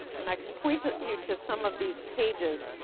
and i can point you to some of these pages.